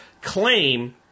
claim